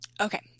Okay